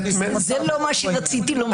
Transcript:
זה לא מה שרציתי לומר.